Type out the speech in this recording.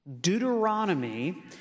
Deuteronomy